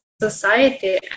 society